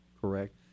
correct